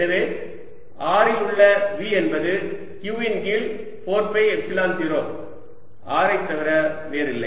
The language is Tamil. எனவே R இல் உள்ள V என்பது Q இன் கீழ் 4 பை எப்சிலன் 0 R ஐ தவிர வேறொன்றுமில்லை